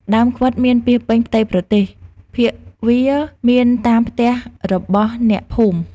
ដើមខ្វិតមានពាសពេញផ្ទៃប្រទេស ភាគវាមានតាមផ្ទះរបស់អ្នកភូមិ។